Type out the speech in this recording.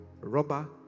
rubber